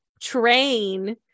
train